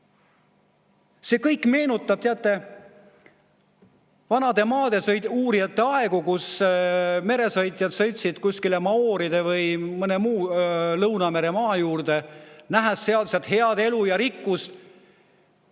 See kõik meenutab, teate, vanade maadeuurijate aegu, kui meresõitjad sõitsid kuskile maooride juurde või mõnele Lõunamere maale ning nähes sealset head elu ja rikkust,